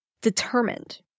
Determined